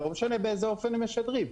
לא משנה באיזה אופן הם משדרים.